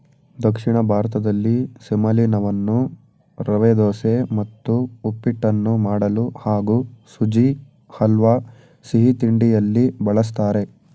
ದಕ್ಷಿಣ ಭಾರತದಲ್ಲಿ ಸೆಮಲೀನವನ್ನು ರವೆದೋಸೆ ಮತ್ತು ಉಪ್ಪಿಟ್ಟನ್ನು ಮಾಡಲು ಹಾಗೂ ಸುಜಿ ಹಲ್ವಾ ಸಿಹಿತಿಂಡಿಯಲ್ಲಿ ಬಳಸ್ತಾರೆ